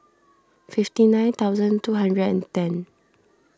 fifty nine thousand two hundred and ten